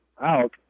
out